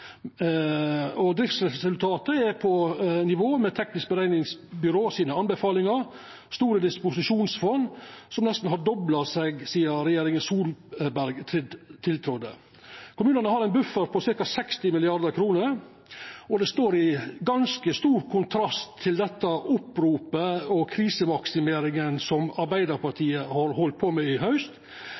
og driftsresultatet er på nivå med TBU sine anbefalingar og store disposisjonsfond, som nesten har dobla seg sidan regjeringa Solberg tiltredde. Kommunane har ein buffer på ca. 60 mrd. kr, og det står i ganske stor kontrast til dette oppropet og den krisemaksimeringa som Arbeidarpartiet har halde på med i haust.